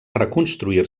reconstruir